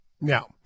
Now